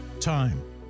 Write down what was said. time